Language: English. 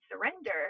surrender